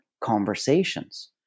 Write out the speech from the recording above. conversations